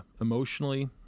emotionally